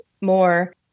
more